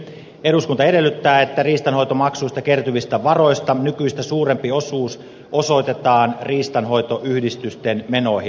eduskunta edellyttää että riistanhoitomaksuista kertyvistä varoista nykyistä suurempi osuus osoitetaan riistanhoitoyhdistysten menoihin